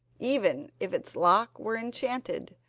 even if its lock were enchanted,